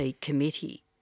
committee